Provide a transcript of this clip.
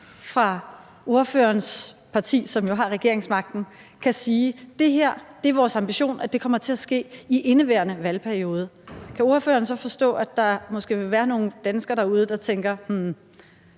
fra ordførerens partis side, som jo har regeringsmagten, kan sige, at det er deres ambition, at det kommer til at ske i indeværende valgperiode, kan ordføreren så forstå, at de danskere tænker: Hvad